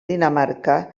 dinamarca